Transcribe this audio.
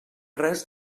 res